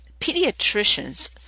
pediatricians